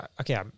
Okay